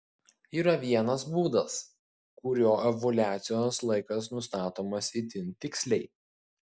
yra vienas būdas kuriuo ovuliacijos laikas nustatomas itin tiksliai